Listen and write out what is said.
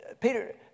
Peter